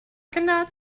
cannot